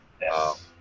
Yes